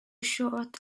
short